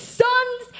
sons